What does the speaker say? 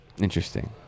Interesting